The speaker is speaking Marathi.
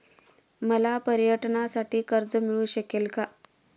मला पर्यटनासाठी कर्ज मिळू शकेल का?